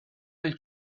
del